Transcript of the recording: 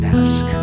ask